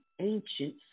ancient